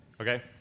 Okay